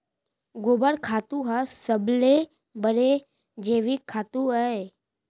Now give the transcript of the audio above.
गोबर खातू ह सबले बड़े जैविक खातू अय